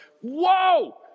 Whoa